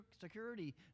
security